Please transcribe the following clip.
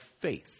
faith